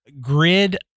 grid